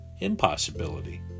impossibility